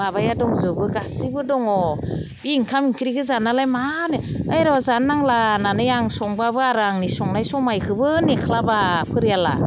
माबाया दंजोबो गासैबो दङ बे ओंखाम ओंख्रिखौ जानालाय मानो ओय र' जानो नांला होननानै आं संबाबो आरो आंनि संनाय समखौबो नेस्लाबा फरियाला